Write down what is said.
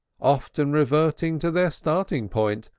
often reverting to their starting-point,